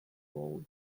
wall